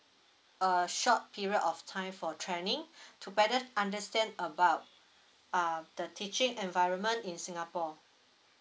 a short period of time for training to better understand about uh the teaching environment in singapore